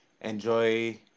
enjoy